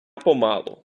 помалу